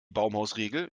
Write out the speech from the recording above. baumhausregel